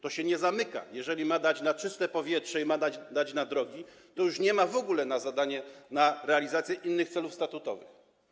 To się nie zamyka: jeżeli ma dać na czyste powietrze i ma dać na drogi, to już nie ma w ogóle na zadanie, na realizację innych celów statutowych.